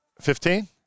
Fifteen